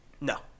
No